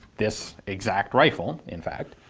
this exact rifle in fact.